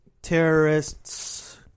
terrorists